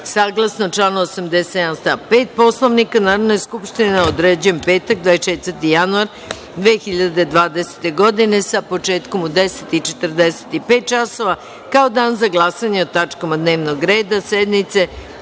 celini. Saglasno članu 87. stav 5. Poslovnika Narodne skupštine, određujem petak, 24. januar 2020. godine, sa početkom u 10.45 časova, kao dan za glasanje o tačkama dnevnog reda sednice